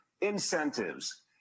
incentives